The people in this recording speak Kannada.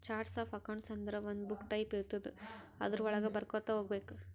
ಚಾರ್ಟ್ಸ್ ಆಫ್ ಅಕೌಂಟ್ಸ್ ಅಂದುರ್ ಒಂದು ಬುಕ್ ಟೈಪ್ ಇರ್ತುದ್ ಅದುರ್ ವಳಾಗ ಬರ್ಕೊತಾ ಹೋಗ್ಬೇಕ್